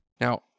Now